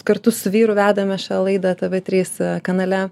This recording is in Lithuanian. kartu su vyru vedame šią laidą tė vė trys kanale